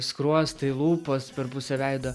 skruostai lūpos per pusę veido